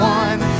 one